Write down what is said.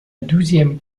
douzième